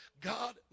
God